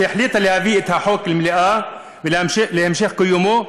שהחליטה להביא את החוק למליאה להמשך קיומו,